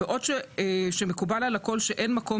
"בעוד שמקובל על הכול שאין מקום